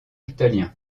italien